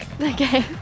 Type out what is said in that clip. okay